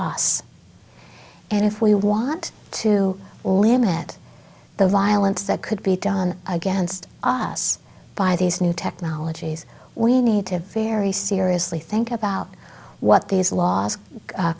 us and if we want to only have that the violence that could be done against us by these new technologies we need to very seriously think about what these laws